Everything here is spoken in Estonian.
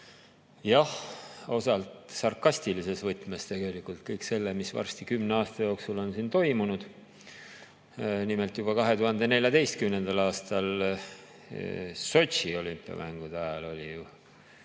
jah, osalt sarkastilises võtmes tegelikult, mis varsti kümne aasta jooksul on siin toimunud. Nimelt, juba 2014. aastal Sotši olümpiamängude ajal oli ju